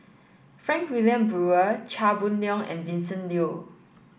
Frank Wilmin Brewer Chia Boon Leong and Vincent Leow